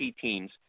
teams